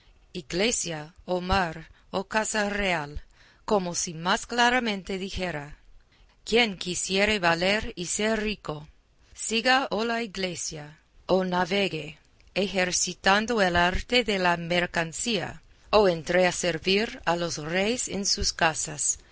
iglesia o mar o casa real como si más claramente dijera quien quisiere valer y ser rico siga o la iglesia o navegue ejercitando el arte de la mercancía o entre a servir a los reyes en sus casas